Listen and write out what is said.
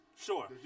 Sure